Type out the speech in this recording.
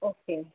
okay